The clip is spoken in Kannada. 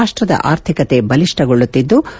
ರಾಷ್ಷದ ಆರ್ಥಿಕತೆ ಬಲಿಷ್ಣಗೊಳ್ಳುತ್ತಿದ್ಲ